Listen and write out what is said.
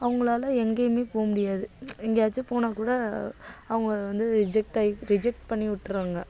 அவங்களால எங்கேயுமே போகமுடியாது எங்கேயாச்சும் போனால்கூட அவங்க வந்து ரிஜெக்ட் ஆயி ரிஜெக்ட் பண்ணி விட்டுர்றாங்க